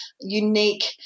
unique